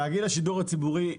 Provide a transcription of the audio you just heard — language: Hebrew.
תאגיד השידור הציבורי,